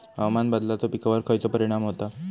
हवामान बदलाचो पिकावर खयचो परिणाम होता?